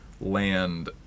land